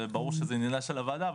ברור שזה עניינה של הוועדה,